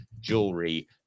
Jewelry